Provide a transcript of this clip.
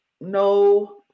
no